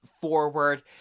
forward